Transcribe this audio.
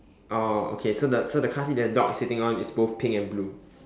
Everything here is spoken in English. oh okay so the so the car seat the dog is sitting on is both pink and blue